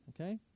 Okay